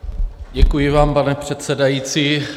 Děkuji vám, pane předsedající.